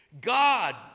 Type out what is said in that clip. God